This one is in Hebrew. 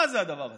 מה זה הדבר הזה?